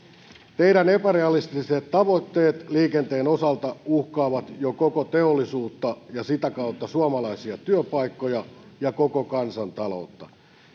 teidän epärealistiset tavoitteenne liikenteen osalta uhkaavat jo koko teollisuutta ja sitä kautta suomalaisia työpaikkoja ja koko kansantaloutta